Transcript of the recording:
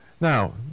now